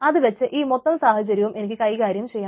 അതുവെച്ച് ഈ മൊത്തം സാഹചര്യവും എനിക്ക് കൈകാര്യം ചെയ്യണം